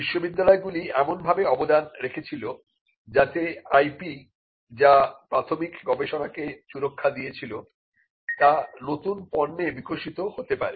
বিশ্ববিদ্যালয়গুলি এমনভাবে অবদান রেখেছিল যাতে IP যা প্রাথমিক গবেষণাকে সুরক্ষা দিয়েছিল তা নতুন পণ্যে বিকশিত ড্ হতে পারে